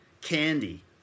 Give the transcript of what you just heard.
Candy